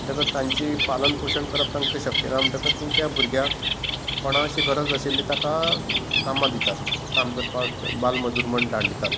म्हणजे तांचे पालन पोशण करप तांकां शक्य ना म्हणटकच ती त्या भुरग्याक कोणा अशी गरज आशिल्ली ताका कामा दितात काम करपाक बालमजूर म्हण धाणन दितात